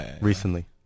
recently